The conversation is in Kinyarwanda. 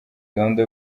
gahunda